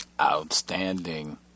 outstanding